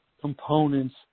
components